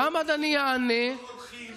חמד, אני אענה תכף על הדרוזים.